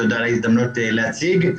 תודה על ההזדמנות להציג.